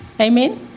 Amen